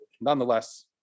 Nonetheless